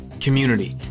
community